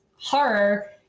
horror